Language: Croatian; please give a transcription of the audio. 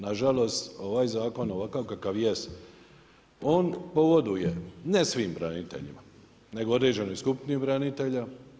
Na žalost ovaj zakon ovakav kakav jest on pogoduje ne svim braniteljima nego određenoj skupini branitelja.